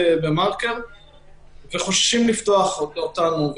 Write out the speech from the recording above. וחוששים לפתוח אותנו.